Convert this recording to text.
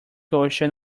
ocean